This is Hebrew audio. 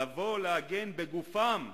לבוא להגן בגופם,